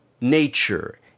nature